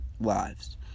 lives